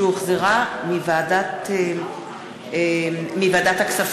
שהחזירה ועדת הכספים.